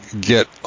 get